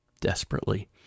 desperately